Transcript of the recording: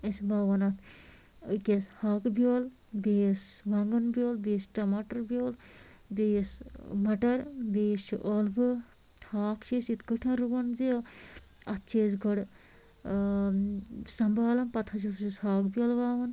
أسۍ وۄوان اَتھ أکِس ہاکہٕ بیٛول بیٚیِس وانٛگَن بیٛول بیٚیِس ٹماٹر بیٛول بیٚیِس ٲں مَٹر بیٚیِس چھِ ٲلوٕ ہاکھ چھِ أسۍ یِتھ کٲٹھۍ رُوان زِ اَتھ چھِ أسۍ گۄڈٕ ٲں سَمبالان پَتہٕ ہسا چھِس ہاکھ بیٛول وۄوان